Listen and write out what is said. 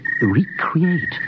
Recreate